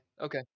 okay